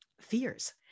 fears